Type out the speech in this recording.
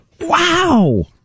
Wow